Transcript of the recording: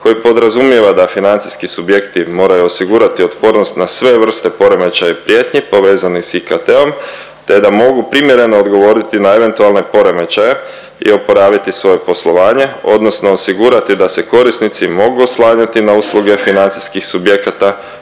koji podrazumijeva da financijski subjekti moraju osigurati otpornost na sve vrste poremećaja i prijetnji povezanih s IKT-om, te da mogu primjereno odgovoriti na eventualne poremećaje i oporaviti svoje poslovanje odnosno osigurati da se korisnici mogu oslanjati na usluge financijskih subjekata